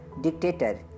dictator